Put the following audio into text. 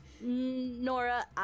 Nora